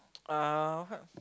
uh what